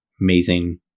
amazing